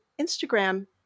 Instagram